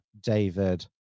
david